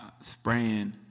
spraying